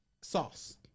sauce